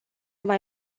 mai